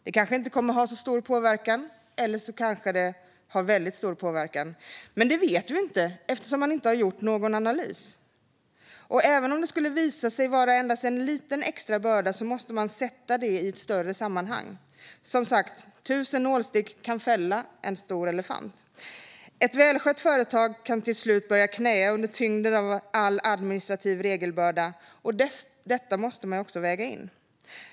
Det kanske inte kommer att ha så stor påverkan, eller så kanske det har väldigt stor påverkan. Det vet vi inte, eftersom man inte har gjort någon analys. Och även om det skulle visa sig vara endast en liten extra börda måste man sätta det i ett större sammanhang. Som sagt kan tusen nålstick fälla en stor elefant. Ett välskött företag kan till slut börja knäa under tyngden av all administrativ regelbörda. Detta måste man också väga in.